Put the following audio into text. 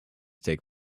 take